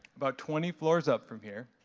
about twenty floors up from here.